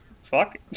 fuck